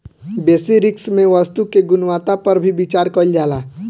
बेसि रिस्क में वस्तु के गुणवत्ता पर भी विचार कईल जाला